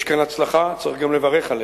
יש כאן הצלחה, צריך גם לברך עליה.